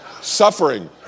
suffering